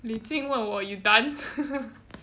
李静问我 you done